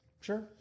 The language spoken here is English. Sure